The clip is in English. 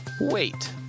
wait